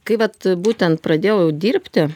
kai vat būtent pradėjau dirbti